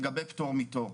לגבי פטור מתור,